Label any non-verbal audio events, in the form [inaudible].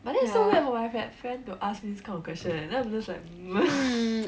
but then it's so weird for my that friend to ask me this kind of question eh then I'm just like mm [laughs]